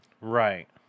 right